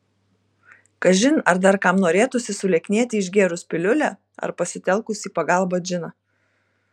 kažin ar dar kam norėtųsi sulieknėti išgėrus piliulę ar pasitelkus į pagalbą džiną